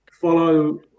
follow